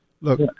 Look